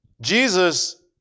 Jesus